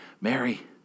Mary